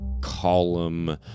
column